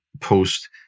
post